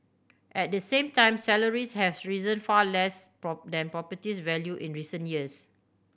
at the same time salaries have risen far less than properties value in recent years